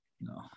No